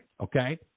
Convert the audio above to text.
Okay